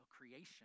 creation